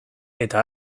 eta